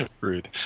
Rude